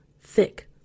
thick